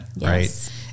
right